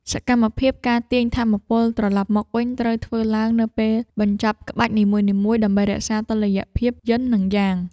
សកម្មភាព ការទាញថាមពលត្រឡប់មកវិញ ត្រូវធ្វើឡើងនៅពេលបញ្ចប់ក្បាច់នីមួយៗ ដើម្បីរក្សាតុល្យភាពយិននិងយ៉ាង។